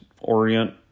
Orient